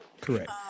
correct